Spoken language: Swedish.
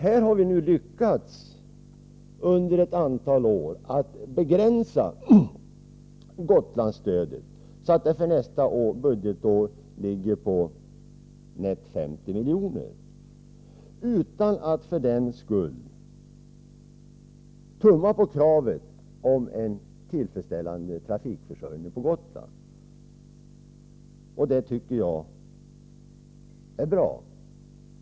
Vi har nu under ett antal år lyckats begränsa Gotlandsstödet så att det för nästa budgetår ligger på ungefär 50 milj.kr. utan att för den skull tumma på kraven på en tillfredsställande trafikförsörjning på Gotland. Det tycker jag är bra.